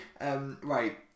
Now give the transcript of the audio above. Right